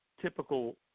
typical